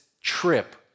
trip